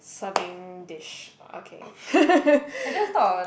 serving dish okay